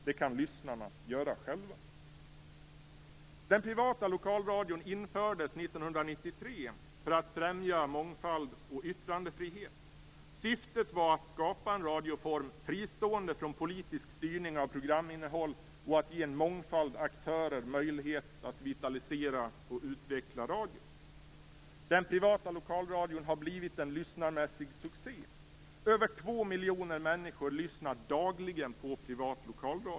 Det kan lyssnarna göra själva. Den privata lokalradion infördes 1993 för att främja mångfald och yttrandefrihet. Syftet var att skapa en radioform fristående från politisk styrning av programinnehåll och att ge en mångfald aktörer möjlighet att vitalisera och utveckla radion. Den privata lokalradion har blivit en lyssnarmässig succé. Över 2 miljoner människor lyssnar dagligen på privat lokalradio.